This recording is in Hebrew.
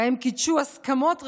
שבהם קידשו הסכמות רחבות,